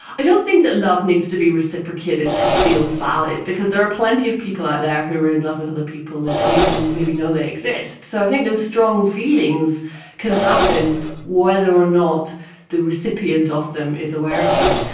i don't think that love needs to be reciprocated to feel valid because there are plenty of people out there who are in love with other people that don't even maybe know they exist, so i think those strong feelings can happen whether or not the recipient of them is aware of them.